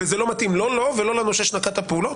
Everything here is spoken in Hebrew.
וזה לא מתאים לא לו ולא לנושה שנקט את הפעולות.